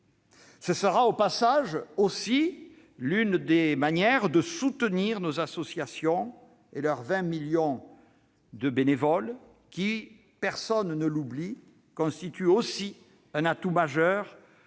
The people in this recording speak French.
Ce sera aussi l'une des manières de soutenir nos associations et leurs vingt millions de bénévoles, qui- personne ne l'oublie -sont un atout majeur